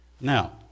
Now